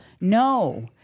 No